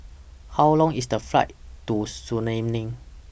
How Long IS The Flight to